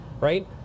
right